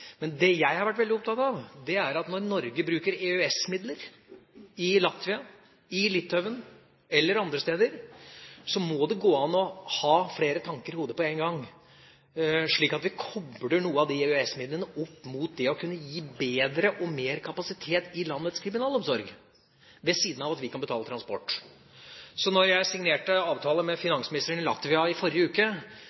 at når Norge bruker EØS-midler i Latvia, i Litauen, eller andre steder, må det gå an å ha flere tanker i hodet på én gang, slik at vi kobler noen av de EØS-midlene opp mot det å gi bedre, og mer, kapasitet i landets kriminalomsorg, ved siden av at vi kan betale transport. Så da jeg signerte avtalen med